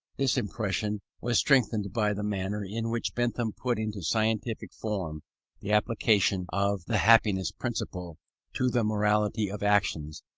this impression was strengthened by the manner in which bentham put into scientific form the application of the happiness principle to the morality of actions,